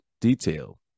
detail